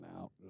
out